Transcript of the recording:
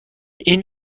این